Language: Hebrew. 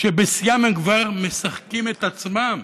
שבשיאם הם כבר משחקים את עצמם.